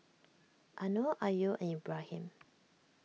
Anuar Ayu and Ibrahim